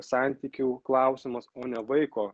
santykių klausimus o ne vaiko